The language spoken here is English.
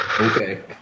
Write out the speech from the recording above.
okay